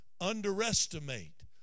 underestimate